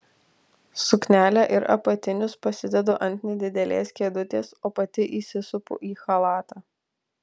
suknelę ir apatinius pasidedu ant nedidelės kėdutės o pati įsisupu į chalatą